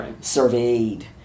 surveyed